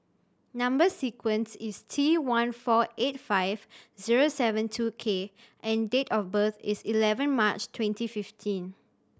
number sequence is T one four eight five zero seven two K and date of birth is eleven March twenty fifteen